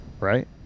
Right